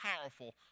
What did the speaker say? powerful